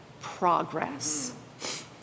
progress